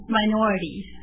minorities